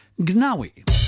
Gnawi